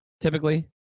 typically